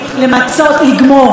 אכן ואכן, תודה רבה.